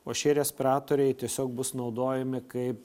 o šie respiratoriai tiesiog bus naudojami kaip